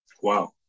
Wow